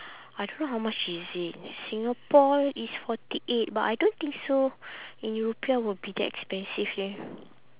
I don't know how much is it singapore is forty eight but I don't think so in rupiah will be that expensive leh